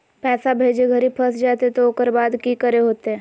पैसा भेजे घरी फस जयते तो ओकर बाद की करे होते?